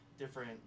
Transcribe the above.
different